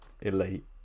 elite